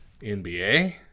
NBA